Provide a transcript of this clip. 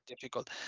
difficult